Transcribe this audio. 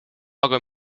aga